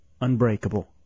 Unbreakable